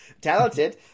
talented